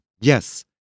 Yes